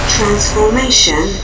Transformation